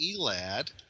Elad